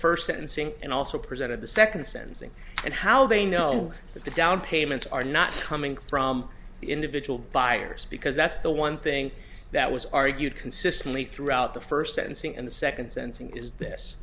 first sentencing and also presented the second sentencing and how they know that the down payments are not coming from the individual buyers because that's the one thing that was argued consistently throughout the first sentencing and the second sensing is this